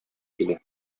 килә